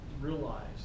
realized